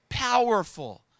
powerful